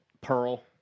Pearl